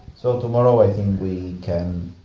so tomorrow i think we can